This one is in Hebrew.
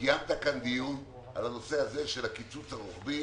וקיימת כאן דיון בנושא הזה של הקיצוץ הרוחבי